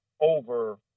over